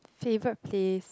favorite place